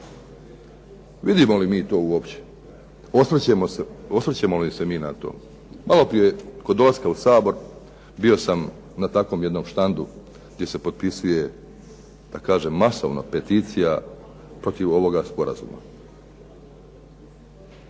Vidimo li mi to uopće? Osvrćemo li se mi na to? Maloprije kod dolaska u Sabor bio sam na takvom jednom štandu gdje se potpisuje, da kažem masovno, peticija protiv ovoga sporazuma.